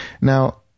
Now